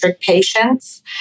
patients